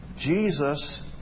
Jesus